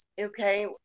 Okay